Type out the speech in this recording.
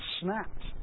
snapped